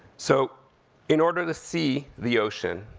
so in order to see the ocean,